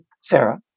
Sarah